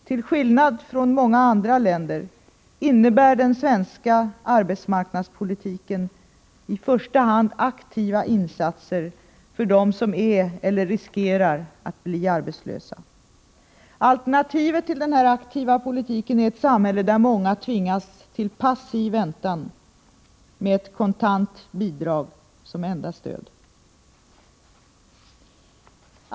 Till skillnad från många andra länders innebär den svenska arbetsmarknadspolitiken i första hand aktiva insatser för dem som är eller riskerar att bli arbetslösa. Alternativet till denna aktiva politik är ett samhälle där många tvingas till passiv väntan med ett kontant bidrag som enda stöd.